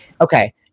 okay